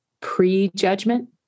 pre-judgment